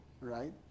right